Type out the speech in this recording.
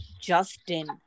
Justin